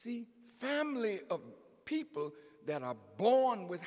see family of people that are born with